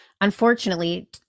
unfortunately